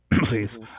please